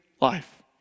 life